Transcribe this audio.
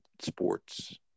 sports